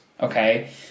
Okay